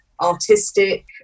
artistic